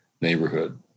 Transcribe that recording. neighborhood